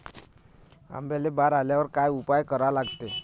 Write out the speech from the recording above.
आंब्याले बार आल्यावर काय उपाव करा लागते?